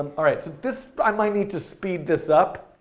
alright, so this, i might need to speed this up,